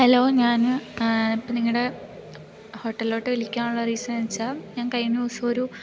hello ഞാൻ ഇപ്പോൾ നിങ്ങളുടെ ഹോട്ടലിലോട്ട് വിളിക്കാനുള്ള റീസൺ വെച്ചാൽ ഞാൻ കഴിഞ്ഞ ദിവസമൊരു